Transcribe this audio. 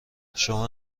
شما